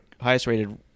highest-rated